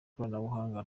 ikoranabuhanga